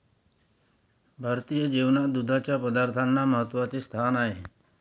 भारतीय जेवणात दुधाच्या पदार्थांना महत्त्वाचे स्थान आहे